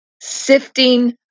sifting